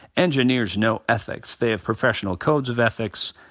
engineers know ethics they have professional codes of ethics.